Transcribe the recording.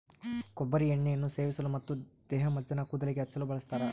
ಕೊಬ್ಬರಿ ಎಣ್ಣೆಯನ್ನು ಸೇವಿಸಲು ಮತ್ತು ದೇಹಮಜ್ಜನ ಕೂದಲಿಗೆ ಹಚ್ಚಲು ಬಳಸ್ತಾರ